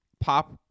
pop